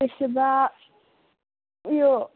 त्यसो भए उयो